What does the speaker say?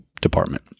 department